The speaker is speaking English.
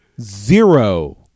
zero